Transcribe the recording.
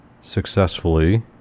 successfully